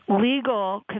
Legal